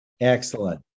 Excellent